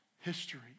history